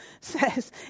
says